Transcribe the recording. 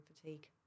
fatigue